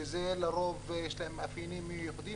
שלרוב יש להם מאפיינים ייחודיים